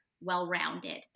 well-rounded